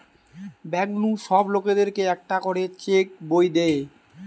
bank নু সব লোকদের কে একটা করে চেক বই দে